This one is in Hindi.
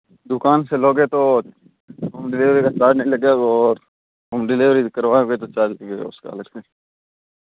दुकान से लोगे तो होम डिलिवरी का चार्ज नहीं लगा और डेलिवरी करवाएँगे तो चार्ज लगेगा उसका अलग से